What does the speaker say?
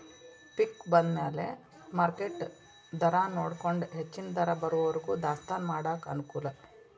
ಪಿಕ್ ಬಂದಮ್ಯಾಲ ಮಾರ್ಕೆಟ್ ದರಾನೊಡಕೊಂಡ ಹೆಚ್ಚನ ದರ ಬರುವರಿಗೂ ದಾಸ್ತಾನಾ ಮಾಡಾಕ ಅನಕೂಲ